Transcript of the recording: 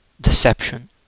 deception